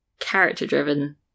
character-driven